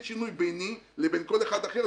אין שינוי ביני לבין כל אחד אחר,